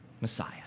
Messiah